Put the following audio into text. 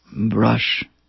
Brush